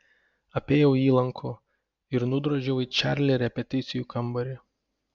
apėjau jį lanku ir nudrožiau į čarli repeticijų kambarį